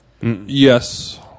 Yes